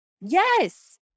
Yes